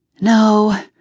No